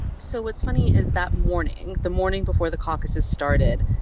so what's funny is that morning, the morning before the caucuses started,